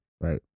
Right